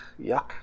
yuck